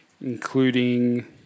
including